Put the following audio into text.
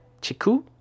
Chiku